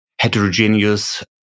heterogeneous